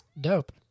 Dope